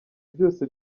byose